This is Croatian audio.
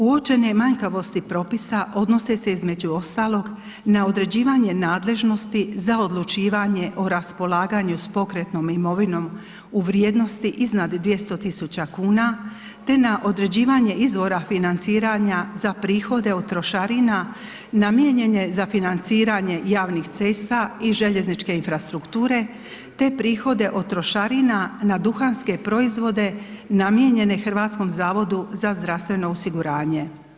Uočene manjkavosti propisa odnose se između ostalog na određivanje nadležnosti za odlučivanje o raspolaganju s pokretnom imovinom u vrijednosti iznad 200.000 kuna te na određivanje izvora financiranja za prihode od trošarina namijenjene za financiranje javnih cesta i željezničke infrastrukture te prihode od trošarina na duhanske proizvode namijenjene HZZO-u.